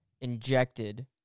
injected